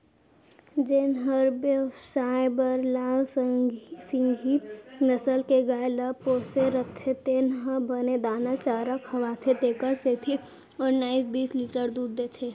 जेन हर बेवसाय बर लाल सिंघी नसल के गाय ल पोसे रथे तेन ह बने दाना चारा खवाथे तेकर सेती ओन्नाइस बीस लीटर दूद देथे